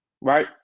right